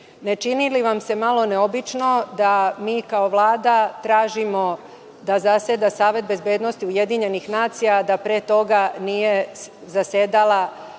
Ne čini li vam se malo neobično da mi kao Vlada tražimo da zaseda Savet bezbednosti UN, a da pre toga nije zasedala